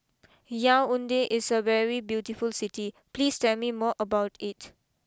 Yaounde is a very beautiful City please tell me more about it